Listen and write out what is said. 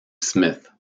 smith